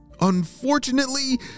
Unfortunately